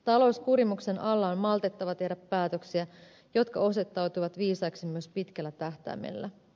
talouskurimuksen alla on maltettava tehdä päätöksiä jotka osoittautuvat viisaiksi myös pitkällä tähtäimellä